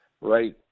right